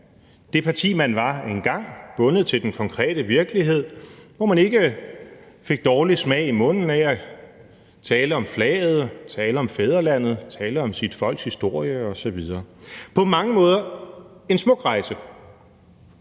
det parti, man var engang, bundet til den konkrete virkelighed, hvor man ikke fik en dårlig smag i munden af at tale om flaget, tale om fædrelandet, tale om sit folks historie osv. – på mange måder en smuk rejse,